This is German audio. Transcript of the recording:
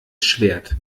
schwert